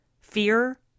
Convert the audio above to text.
Fear